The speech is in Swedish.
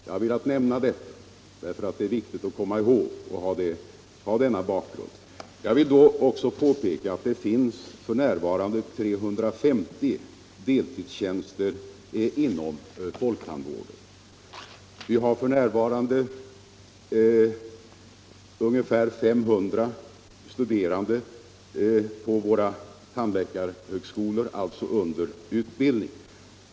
Jag har velat Torsdagen den nämna detta, därför att det är viktigt att komma ihåg denna bakgrund. 15 maj 1975 Jag vill också påpeka att det f. n. finns 350 deltidstjänster inom folk= = tandvården. Ungefär 500 studerande varje år tas f.n. in till utbildning Om åtgärder för att på våra tandläkarhögskolor.